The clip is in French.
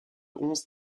onze